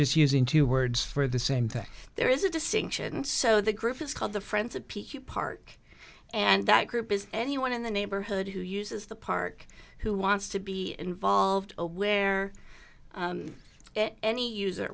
just using two words for the same thing there is a distinction so the group is called the friends of p q park and that group is anyone in the neighborhood who uses the park who wants to be involved where it any user or